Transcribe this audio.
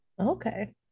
Okay